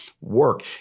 work